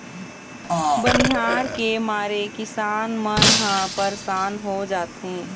बनिहार के मारे किसान मन ह परसान हो जाथें